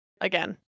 again